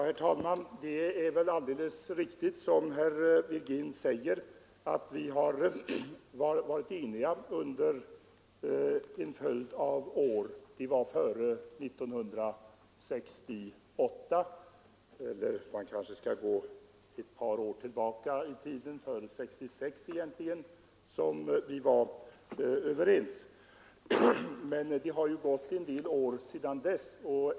Herr talman! Det är väl alldeles riktigt som herr Virgin säger att vi var eniga i dessa frågor under en följd av år. Det var före 1968 — eller man kanske skall gå ytterligare ett par år tillbaka i tiden. Men det har ju gått en del år sedan dess.